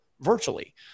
virtually